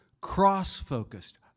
cross-focused